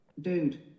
dude